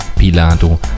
Pilato